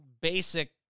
basic